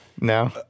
No